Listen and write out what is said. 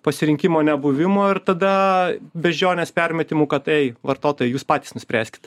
pasirinkimo nebuvimo ir tada beždžionės permetimų kad ei vartotojai jūs patys nuspręskit